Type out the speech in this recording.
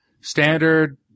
standard